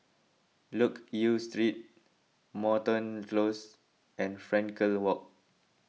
Loke Yew Street Moreton Close and Frankel Walk